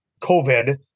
COVID